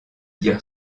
dire